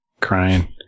crying